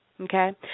Okay